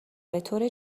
بطور